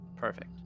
Perfect